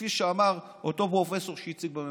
כפי שאמר אותו פרופסור שהציג בממשלה,